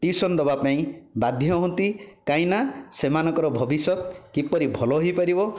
tuition ଦେବା ପାଇଁ ବାଧ୍ୟ ହୁଅନ୍ତି କାହିଁକିନା ସେମାନଙ୍କର ଭବିଷ୍ୟତ କିପରି ଭଲ ହୋଇପାରିବ